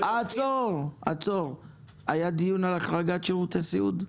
היה דיון על החרגת שירותי סיעוד?